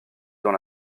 dans